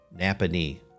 napanee